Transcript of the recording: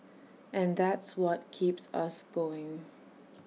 and that's what keeps us going